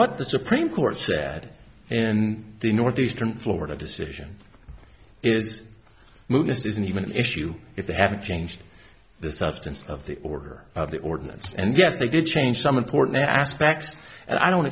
what the supreme court said in the northeastern florida decision is move this isn't even an issue if they haven't changed the substance of the order of the ordinance and yes they did change some important aspects and i don't